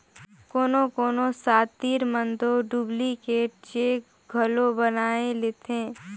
कोनो कोनो सातिर मन दो डुप्लीकेट चेक घलो बनाए लेथें